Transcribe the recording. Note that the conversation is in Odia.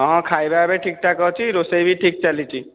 ହଁ ଖାଇବା ଏବେ ଠିକ ଠାକ ଅଛି ରୋଷେଇ ବି ଠିକ ଚାଲିଛି